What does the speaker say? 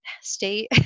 state